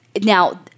now